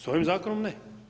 S ovim zakonom ne.